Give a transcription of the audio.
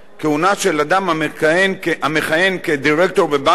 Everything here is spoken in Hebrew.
כהונה של אדם המכהן כדירקטור בבנק,